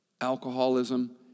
alcoholism